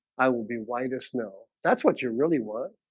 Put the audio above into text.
i will be white us. no, that's what you really want,